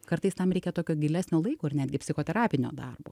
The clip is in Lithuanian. kartais tam reikia tokio gilesnio laiko ir netgi psichoterapinio darbo